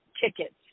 tickets